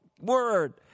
word